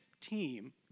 team